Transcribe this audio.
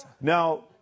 Now